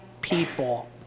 people